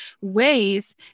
ways